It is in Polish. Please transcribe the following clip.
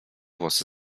włosy